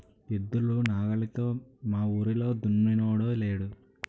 ఎద్దులు నాగలితో మావూరిలో దున్నినోడే లేడు